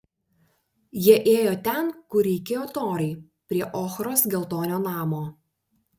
jie ėjo ten kur reikėjo torai prie ochros geltonio namo